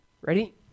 Ready